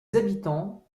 habitants